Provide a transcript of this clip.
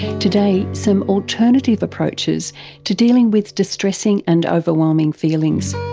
today, some alternative approaches to dealing with distressing and overwhelming feelings.